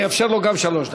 ואני אאפשר גם לו שלוש דקות.